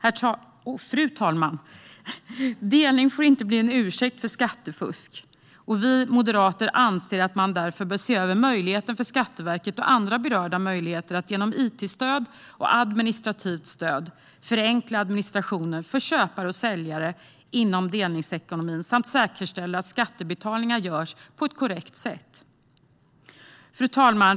Fru talman! Delning får inte bli en ursäkt för skattefusk. Vi moderater anser att man därför bör se över möjligheten för Skatteverket och andra berörda myndigheter att genom it-stöd och administrativt stöd förenkla administrationen för köpare och säljare inom delningsekonomin samt säkerställa att skattebetalningar görs på ett korrekt sätt. Fru talman!